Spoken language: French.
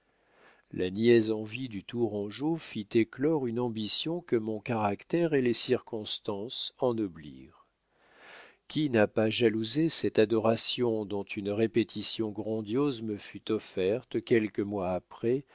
la niaise envie du tourangeau fit éclore une ambition que mon caractère et les circonstances ennoblirent qui n'a pas jalousé cette adoration dont une répétition grandiose me fut offerte quelques mois après